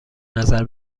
نظر